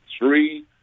Three